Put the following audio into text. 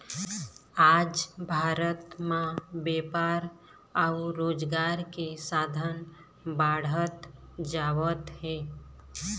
आज भारत म बेपार अउ रोजगार के साधन बाढ़त जावत हे